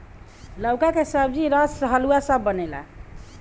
लउका के सब्जी, रस, हलुआ सब बनेला